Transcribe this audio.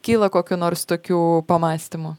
kyla kokių nors tokių pamąstymų